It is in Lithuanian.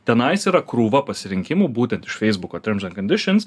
tenais yra krūva pasirinkimų būtent iš feisbuko terms and conditions